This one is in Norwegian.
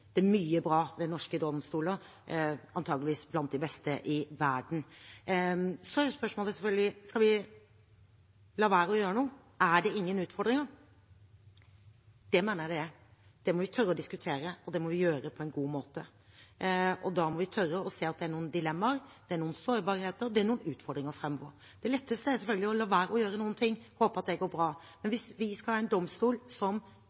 Det er mye bra ved norske domstoler; de er antageligvis blant de beste i verden. Så er spørsmålet selvfølgelig: Skal vi la være å gjøre noe? Er det ingen utfordringer? Det mener jeg det er. Det må vi tørre å diskutere, og det må vi gjøre på en god måte. Da må vi tørre å se at det er noen dilemmaer, det er noen sårbarheter og det er noen utfordringer framover. Det letteste er selvfølgelig å la være å gjøre noe og håpe at det går bra. Men hvis vi skal ha en domstol som er rustet for framtiden, som